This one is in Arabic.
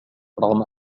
رغم